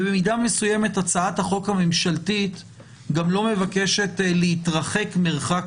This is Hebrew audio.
ובמידה מסוימת הצעת החוק הממשלתית לא מבקשת להתרחק מרחק